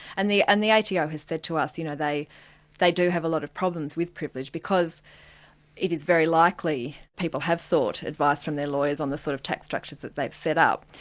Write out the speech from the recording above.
and and the ato has said to us, you know they they do have a lot of problems with privilege, because it is very likely people have sought advice from their lawyers on the sort of tax structures that they've set up.